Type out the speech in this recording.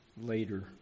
later